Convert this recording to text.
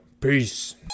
Peace